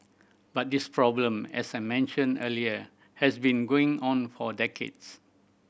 but this problem as I mentioned earlier has been going on for decades